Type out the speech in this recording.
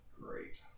Great